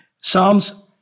Psalms